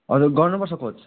हजुर गर्नु पर्छ कोच